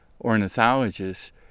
ornithologist